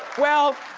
well,